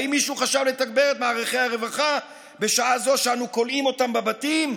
האם מישהו חשב לתגבר את מערכי הרווחה בשעה זו שאנו כולאים אותם בבתים?